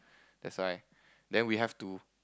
that's why then we have to